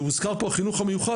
הוזכר פה החינוך המיוחד,